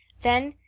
then,